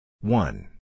One